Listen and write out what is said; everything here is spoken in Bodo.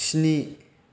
स्नि